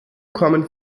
kommen